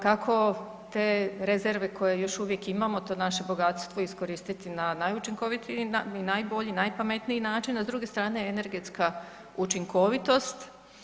Kako te rezerve koje još uvijek imamo, to naše bogatstvo iskoristiti na najučinkovitiji i najbolji, najpametniji način, a s druge strane energetska učinkovitost.